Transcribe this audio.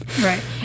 Right